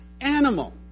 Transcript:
animal